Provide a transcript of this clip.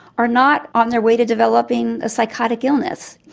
are not on their way to developing a psychotic illness.